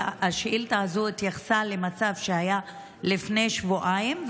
השאילתה הזאת התייחסה למצב שהיה לפני שבועיים,